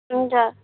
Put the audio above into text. हुन्छ